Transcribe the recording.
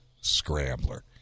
Scrambler